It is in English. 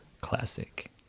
Classic